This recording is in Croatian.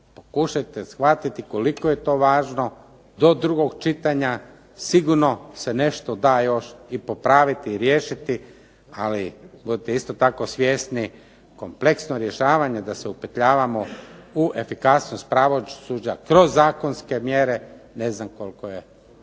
Pokušajte shvatiti koliko je to važno. Do drugog čitanja sigurno se nešto da još i popraviti i riješiti. Ali budite isto tako svjesni, kompleksno rješavanje da se upetljavamo u efikasnost pravosuđa kroz zakonske mjere ne znam koliko je